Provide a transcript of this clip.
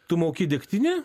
tu mauki degtinę